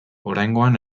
oraingoan